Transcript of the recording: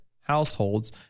households